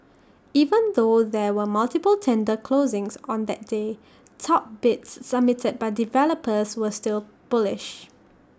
even though there were multiple tender closings on that day top bids submitted by developers were still bullish